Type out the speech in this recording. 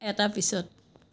এটাৰ পিছত